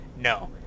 No